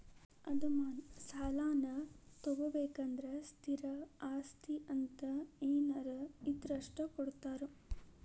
ಅಡಮಾನ ಸಾಲಾನಾ ತೊಗೋಬೇಕಂದ್ರ ಸ್ಥಿರ ಆಸ್ತಿ ಅಂತ ಏನಾರ ಇದ್ರ ಅಷ್ಟ ಕೊಡ್ತಾರಾ